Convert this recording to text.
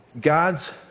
God's